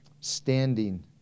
standing